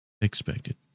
Expected